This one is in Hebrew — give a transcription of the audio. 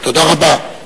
תודה רבה.